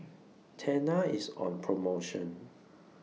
Tena IS on promotion